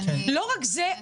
לא רק זה,